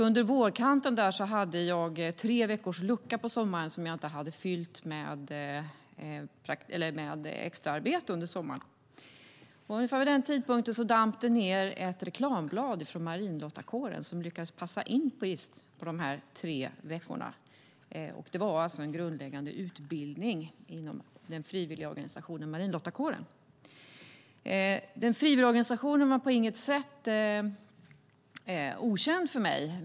Under vårkanten såg jag att jag hade en treveckors lucka under sommaren som jag inte hade fyllt med extraarbete. Ungefär vid den tidpunkten damp det ned ett reklamblad från frivilligorganisationen marinlottakåren om en grundläggande utbildning, som lyckades passa in på de tre veckorna. Frivilligorganisationen var på inget sätt okänd för mig.